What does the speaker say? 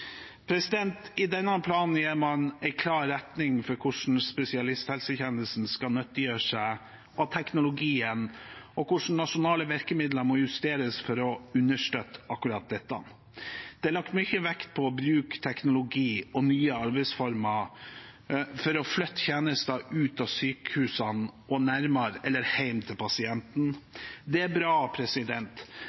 I denne planen gir man en klar retning for hvordan spesialisthelsetjenesten skal nyttiggjøre seg teknologien, og hvordan nasjonale virkemidler må justeres for å understøtte akkurat dette. Det er lagt mye vekt på å bruke teknologi og nye arbeidsformer for å flytte tjenester ut av sykehusene og nærmere eller hjem til pasienten. Det er bra